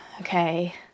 okay